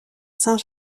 saint